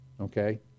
Okay